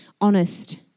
honest